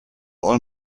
all